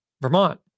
vermont